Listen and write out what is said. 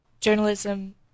journalism